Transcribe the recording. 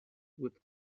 with